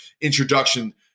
introduction